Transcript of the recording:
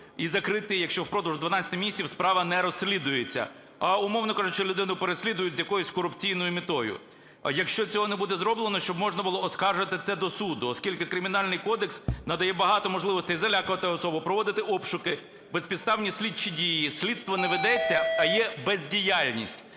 і закрити, якщо впродовж 12 місяців справа не розслідується, а, умовно кажучи, люди переслідують з якоюсь корупційною метою. Якщо цього не буде зроблено, щоб можна було оскаржити це до суду, оскільки Кримінальний кодекс надає багато можливостей залякувати особу, проводити обшуки, безпідставні слідчі дії, слідство не ведеться, а є бездіяльність.